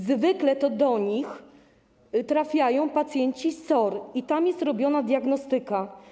Zwykle to do nich trafiają pacjenci z SOR i tam jest robiona diagnostyka.